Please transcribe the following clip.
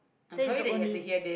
that is the only